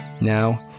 Now